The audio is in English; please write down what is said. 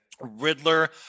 riddler